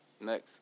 next